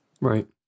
Right